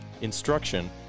instruction